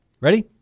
Ready